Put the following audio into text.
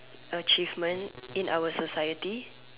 achievement in our society